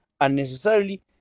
unnecessarily